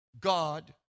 God